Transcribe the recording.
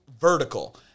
vertical